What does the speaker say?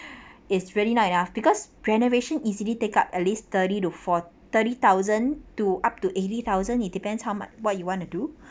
it's really not enough because renovations easily take up at least thirty to four thirty thousand to up to eighty thousand it depends how much what you want to do